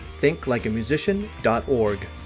thinklikeamusician.org